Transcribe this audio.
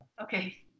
Okay